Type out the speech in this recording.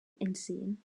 entziehen